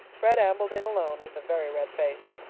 fred ambled in alone, with a very red face,